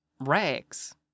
rags